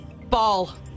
Ball